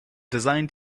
design